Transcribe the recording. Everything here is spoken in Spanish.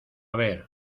ver